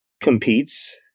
competes